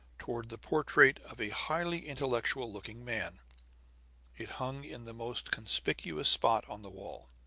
toward the portrait of a highly intellectual-looking man it hung in the most conspicuous spot on the wall.